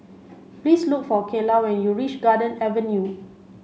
please look for Cayla when you reach Garden Avenue